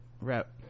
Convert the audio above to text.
Rep